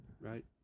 right